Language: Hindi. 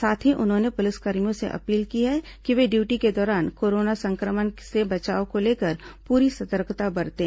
साथ ही उन्होंने पुलिसकर्मियों से अपील की कि वे ड्यूटी के दौरान कोरोना संक्रमण से बचाव को लेकर पूरी सतर्कता बरतें